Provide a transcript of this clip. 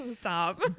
Stop